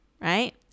Right